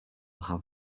have